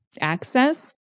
access